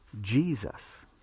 Jesus